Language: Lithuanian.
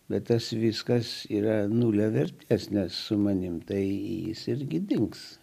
bet tas viskas yra nulio vertės nes su manimi tai jis irgi dings